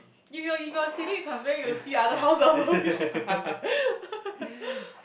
you got you got a ceiling transparent you will see other house above you